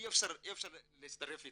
אי-אפשר להצטרף איתם.